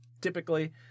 typically